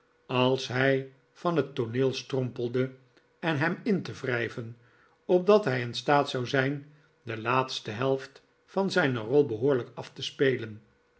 als hij van het tooneel strompelde en hem in te wrijven opdat hij in staat zou zijn de laatste helft van zijne rol behoorlijk af te spelen